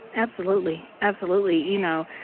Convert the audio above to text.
absolutely. absolutely. you know,